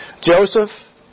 Joseph